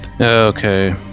Okay